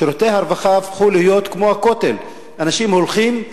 שירותי הרווחה הפכו להיות כמו הכותל: אנשים הולכים,